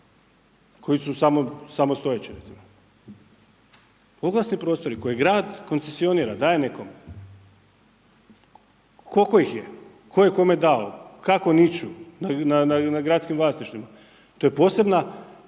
koji su samostojeći, recimo. Oglasni prostori koje grad koncesionira, daje nekome. Koliko ih je? Tko je kome dao? Kako niču na gradskim vlasništvima? To je posebna,